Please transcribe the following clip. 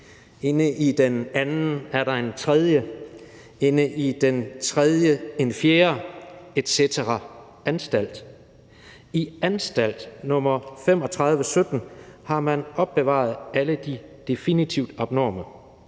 inde i den anden er der en tredje, inde i den tredje en fjerde etc. anstalt / I anstalt nr. 3517 har man opbevaret alle de definitivt abnorme